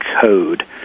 code